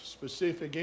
specific